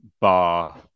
bar